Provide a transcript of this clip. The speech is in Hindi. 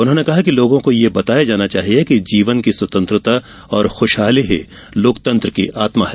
उन्होंने कहा कि लोगों को यह बताया जाना चाहिये कि जीवन स्वतंत्रता और खुशहाली लोकतंत्र की आत्मा है